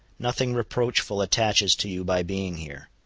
nothing reproachful attaches to you by being here.